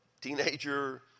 teenager